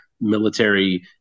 military